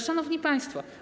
Szanowni Państwo!